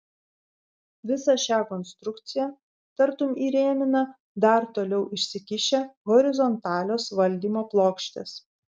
visą šią konstrukciją tartum įrėmina dar toliau išsikišę horizontalios valdymo plokštės